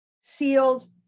sealed